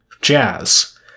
jazz